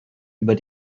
über